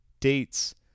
Dates